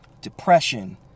depression